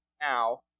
now